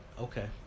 Okay